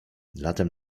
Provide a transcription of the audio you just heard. latem